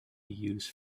used